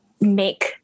make